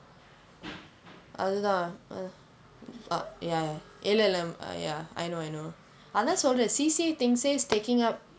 அது தான்:athu thaan ya இல்லை இல்லை:illai illai ah ya I know I know அதான் சொல்றேன்:athaan solren C_C_A things eh is taking up